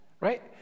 right